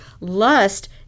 Lust